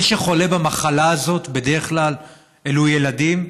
מי שחולים במחלה הזאת בדרך כלל אלו ילדים,